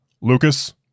Lucas